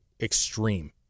extreme